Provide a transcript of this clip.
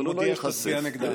אבל, ומודיע איך להצביע נגדה.